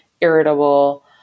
irritable